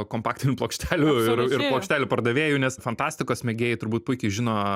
kompaktinių plokštelių ir plokštelių pardavėjų nes fantastikos mėgėjai turbūt puikiai žino